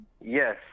Yes